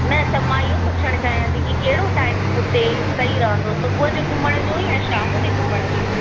न त मां इहो पुछणु चाहियां थी की कहिड़ो टाइम उते सही रहंदो सुबुह जे घुमण जो या शाम जे घुमण जो